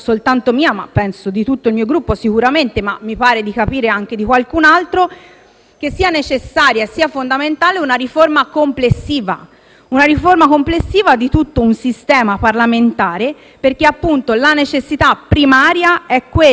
che sia necessaria e fondamentale una riforma complessiva di tutto il sistema parlamentare, perché la necessità primaria è quella di rispondere alle esigenze del Paese, dei cittadini che ci hanno mandato qui,